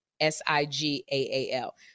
S-I-G-A-A-L